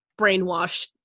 brainwashed